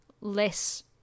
less